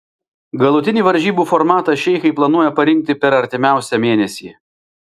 galutinį varžybų formatą šeichai planuoja parinkti per artimiausią mėnesį